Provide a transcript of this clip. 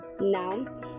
now